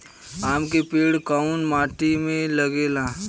आम के पेड़ कोउन माटी में लागे ला?